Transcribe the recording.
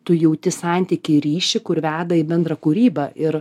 tu jauti santykį ryšį kur veda į bendrą kūrybą ir